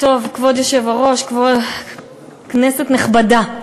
כבוד היושב-ראש, כנסת נכבדה,